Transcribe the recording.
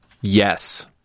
Yes